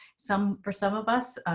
some for some of us.